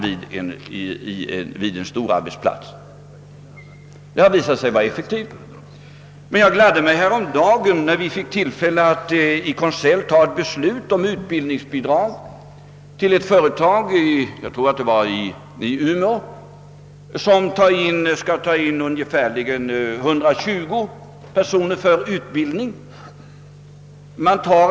Detta har visat sig vara effektivt. Jag gladde mig häromdagen när det i konselj beslöts om utbildningsbidrag till ett företag i Umeå, vilket skall ta in ungefär 120 personer för utbildning.